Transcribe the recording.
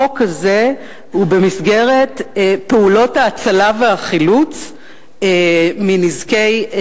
החוק הזה הוא במסגרת פעולות ההצלה והחילוץ מנזקי,